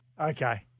Okay